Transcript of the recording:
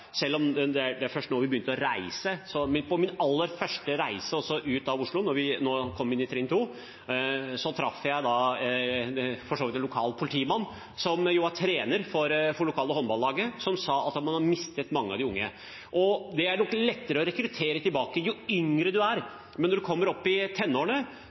Selv om det er først nå vi begynte å reise: På min aller første reise ut av Oslo, da vi nå kom inn i trinn to, traff jeg en lokal politimann som var trener for det lokale håndballaget og sa at han hadde mistet mange av de unge. Det er nok lettere å rekruttere tilbake jo yngre de er, men når de kommer opp i tenårene